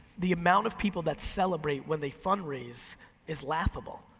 the amount of people that celebrate when they fundraise is laughable.